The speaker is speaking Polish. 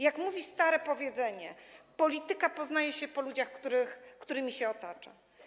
Jak mówi stare powiedzenie: polityka poznaje się po ludziach, którymi się otacza.